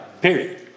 period